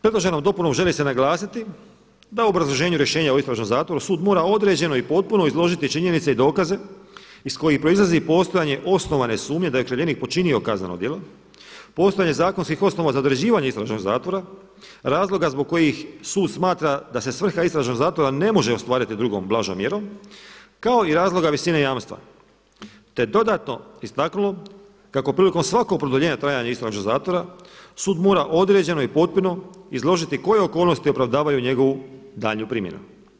Predloženom dopunom želi se naglasiti da u obrazloženju rješenja o istražnom zatvoru sud mora određeno i potpuno izložiti činjenice i dokaze iz kojih proizlazi postojanje osnovane sumnje da je okrivljenik počinio kazneno djelo, postojanje zakonskih osnova za određivanje istražnog zatvora, razloga zbog kojih sud smatra da se svrha istražnog zatvora ne može ostvariti drugom blažom mjerom kao i razloga visine jamstva, te dodatno istaknulo kako prilikom svakog produljenja trajanja istražnog zatvora sud mora određeno i potpuno izložiti koje okolnosti opravdavaju njegovu daljnju primjenu.